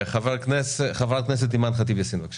חברת הכנסת אימאן ח'טיב יאסין, בבקשה.